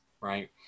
right